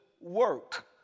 work